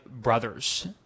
brothers